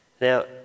Now